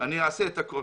אני אעשה הכול